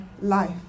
life